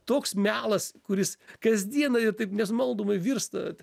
toks melas kuris kasdieną ir taip nenumaldomai virsta